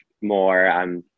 more